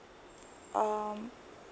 um